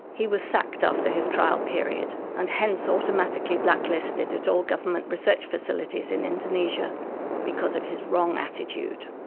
he was sacked after his trial period and hence automatically blacklisted at all government research facilities in indonesia because of his wrong attitude.